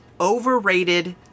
overrated